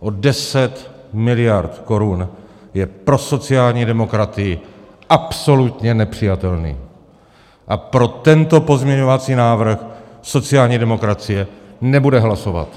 o 10 miliard korun je pro sociální demokraty absolutně nepřijatelný a pro tento pozměňovací návrh sociální demokracie nebude hlasovat.